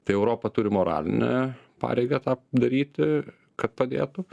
tai europa turi moralinę pareigą tą daryti kad padėtų